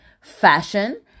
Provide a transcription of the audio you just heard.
fashion